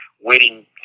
waiting